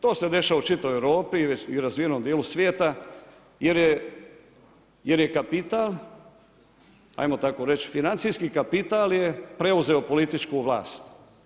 To se dešava u čitavoj Europi i razvijenom dijelu svijeta jer je kapital, ajmo tako reći, financijski kapital je preuzeo političku vlast.